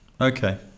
Okay